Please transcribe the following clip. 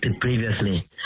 previously